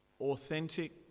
authentic